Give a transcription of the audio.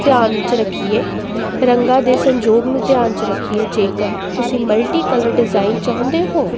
ਧਿਆਨ 'ਚ ਰੱਖੀਏ ਰੰਗਾਂ ਦੇ ਸੰਜੋਗ ਨੂੰ ਧਿਆਨ 'ਚ ਰੱਖੀਏ ਜੇਕਰ ਤੁਸੀਂ ਮਲਟੀਕਲਰ ਡਿਜ਼ਾਇਨ ਚਾਹੁੰਦੇ ਹੋ